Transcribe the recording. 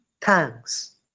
thanks